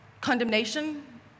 condemnation